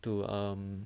to um